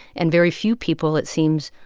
and very few people, it seems,